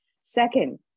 Second